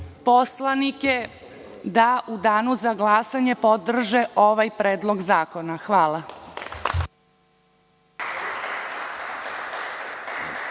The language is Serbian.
poslanike da u danu za glasanje podrže ovaj predlog zakona. Hvala.